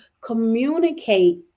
communicate